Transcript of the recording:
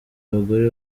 abagore